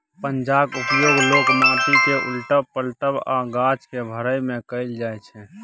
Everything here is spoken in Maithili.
पंजाक उपयोग लोक माटि केँ उलटब, पलटब आ गाछ केँ भरय मे कयल जाइ छै